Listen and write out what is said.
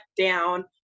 down